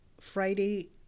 Friday